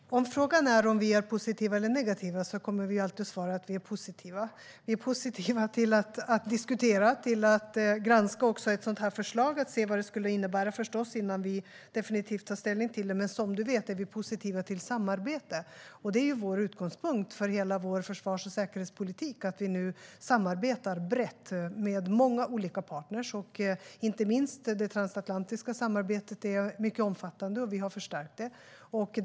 Herr talman! Om frågan är om vi är positiva eller negativa kommer vi alltid att svara att vi är positiva. Vi är positiva till att diskutera och till att granska ett sådant här förslag och se vad det skulle innebära innan vi definitivt tar ställning till det. Men som Hans Wallmark vet är vi positiva till samarbete. Utgångspunkten för hela vår försvars och säkerhetspolitik är att vi samarbetar brett med många olika partner. Inte minst är det transatlantiska samarbetet mycket omfattande, och vi har förstärkt det.